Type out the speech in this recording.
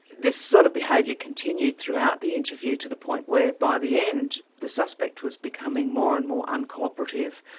this sort of behaviour continued throughout the interview, to the point where by the end, the suspect was becoming more and more uncooperative,